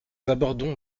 abordons